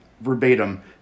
verbatim